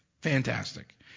fantastic